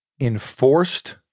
Enforced